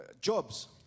jobs